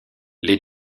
les